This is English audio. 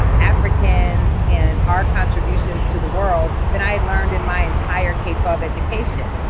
africans, and our contributions to the world than i had learned in my entire k twelve education.